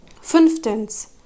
Fünftens